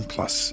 Plus